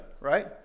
right